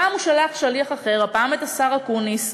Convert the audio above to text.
הפעם הוא שולח שליח אחר, הפעם את השר אקוניס.